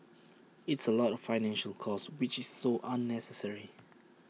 it's A lot financial cost which is so unnecessary